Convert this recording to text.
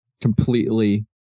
completely